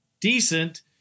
decent